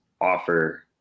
offer